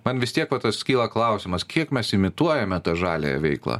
man vis tiek va tas kyla klausimas kiek mes imituojame tą žaliąją veiklą